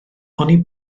oni